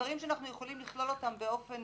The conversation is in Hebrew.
דברים שאנחנו יכולים לכלול אותם באופן